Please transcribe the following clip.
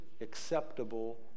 acceptable